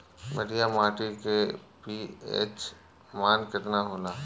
बढ़िया माटी के पी.एच मान केतना होला?